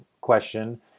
question